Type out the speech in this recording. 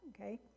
okay